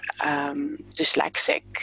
dyslexic